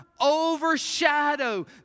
overshadow